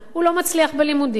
הוא לא מצליח בלימודים,